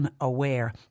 unaware